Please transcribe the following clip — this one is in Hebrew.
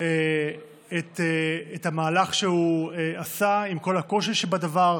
את המהלך שהוא עשה, עם כל הקושי שבדבר.